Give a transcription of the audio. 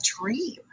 dream